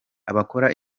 abakora